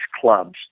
clubs